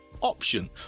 option